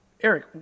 Eric